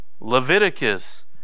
Leviticus